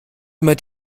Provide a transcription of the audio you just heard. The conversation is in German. immer